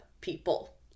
people